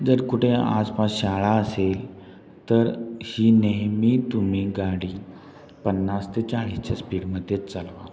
जर कुठे आसपास शाळा असेल तर ही नेहमी तुम्ही गाडी पन्नास ते चाळीसच्या स्पीडमध्येच चालवा